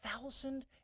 thousand